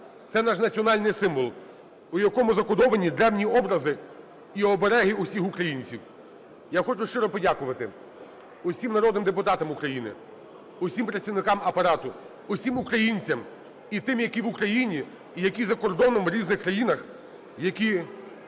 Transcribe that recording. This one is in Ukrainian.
це наш національний символ, в якому закодовані древні образи і обереги усіх українців. Я хочу щиро подякувати усім народним депутатам України, усім працівникам Апарату, усім українцям і тим, які в Україні і які за кордоном, в різних країнах, які